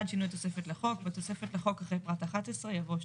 1. שינוי התוספת לחוק והתוספת לחוק אחרי 11 יבוא 12,